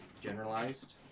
generalized